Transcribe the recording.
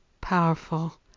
powerful